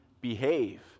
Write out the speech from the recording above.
behave